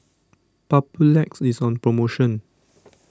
Papulex is on promotion